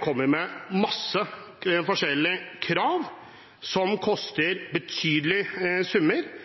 kommer med mange forskjellige krav som koster betydelige summer,